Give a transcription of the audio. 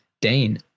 Dane